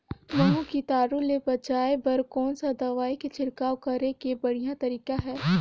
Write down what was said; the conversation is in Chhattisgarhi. महू कीटाणु ले बचाय बर कोन सा दवाई के छिड़काव करे के बढ़िया तरीका हे?